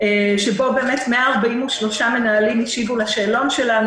שבו 143 מנהלים השיבו לשאלון שלנו,